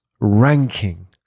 ranking